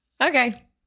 okay